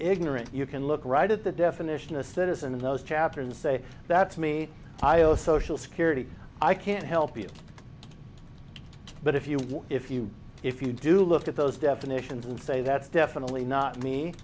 ignorant you can look right at the definition a citizen in those chapters and say that's me i owe social security i can't help you but if you if you if you do look at those definitions and say that's definitely not me